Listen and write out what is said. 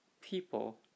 people